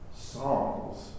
songs